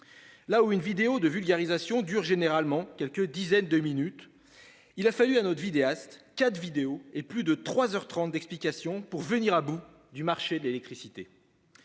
Là où une vidéo de vulgarisation dure généralement quelques dizaines de minutes, il a fallu à notre vidéaste quatre vidéos et plus de trois heures trente d'explications pour venir à bout du marché de l'électricité.